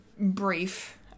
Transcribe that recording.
brief